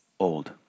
old